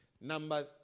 Number